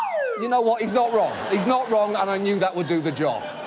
you know what, he's not wrong. he's not wrong and i knew that would do the job.